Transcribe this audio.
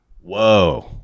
Whoa